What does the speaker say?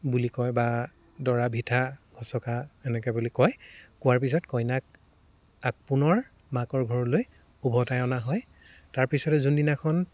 বুলি কয় বা দৰা ভিঠা গচকা এনেকে বুলি কয় কোৱাৰ পিছত কইনাক আক পুনৰ মাকৰ ঘৰলৈ ওভতাই অনা হয় তাৰ পিছতে যোনদিনাখন